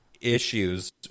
issues